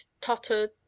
tottered